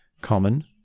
common